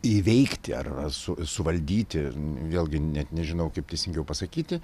įveikti ar su su suvaldyti vėlgi net nežinau kaip teisingiau pasakyti